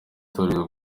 torero